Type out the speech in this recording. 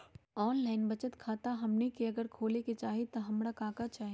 Online बचत खाता हमनी अगर खोले के चाहि त हमरा का का चाहि?